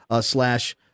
slash